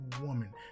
woman